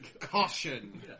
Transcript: caution